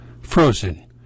Frozen